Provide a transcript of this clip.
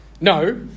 No